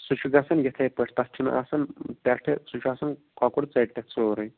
سُہ چھُ گژھان یِتھٕے پٲٹھۍ تتھ چھُنہٕ آسان پٮ۪ٹھٕ سُہ چھُ آسان کۄکُر ژٔٹِتھ سورُے